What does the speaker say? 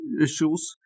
issues